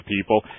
people